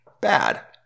bad